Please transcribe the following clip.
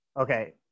Okay